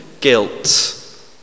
guilt